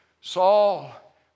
Saul